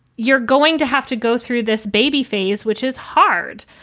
you're going to have to go through this baby phase, which is hard.